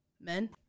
men